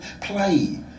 play